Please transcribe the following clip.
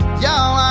Y'all